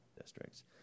districts